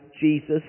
Jesus